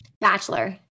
Bachelor